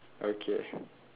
okay